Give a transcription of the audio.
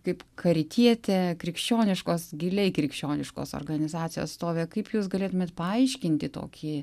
kaip karitietė krikščioniškos giliai krikščioniškos organizacijos atstovė kaip jūs galėtumėt paaiškinti tokį